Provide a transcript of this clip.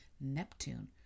Neptune